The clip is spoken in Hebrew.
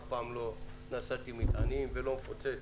אף פעם לא נשאתי מטענים ולא מפוצץ